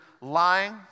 lying